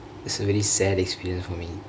it's a very sad experience for me